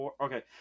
Okay